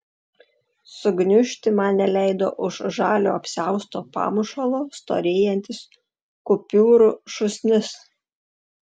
sugniužti man neleido už žalio apsiausto pamušalo storėjantis kupiūrų šūsnis